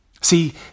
See